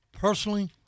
Personally